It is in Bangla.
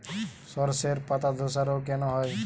শর্ষের পাতাধসা রোগ হয় কেন?